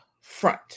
front